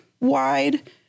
wide